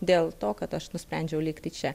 dėl to kad aš nusprendžiau likti čia